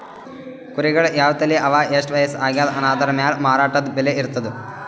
ಕುರಿಗಳ್ ಯಾವ್ ತಳಿ ಅವಾ ಎಷ್ಟ್ ವಯಸ್ಸ್ ಆಗ್ಯಾದ್ ಅನದ್ರ್ ಮ್ಯಾಲ್ ಮಾರಾಟದ್ ಬೆಲೆ ಇರ್ತದ್